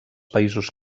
països